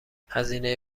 هزینه